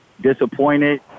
Disappointed